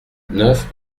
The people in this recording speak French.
neuf